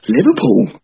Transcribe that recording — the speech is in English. Liverpool